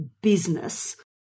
business